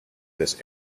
this